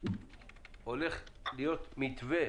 הולך להיות מתווה,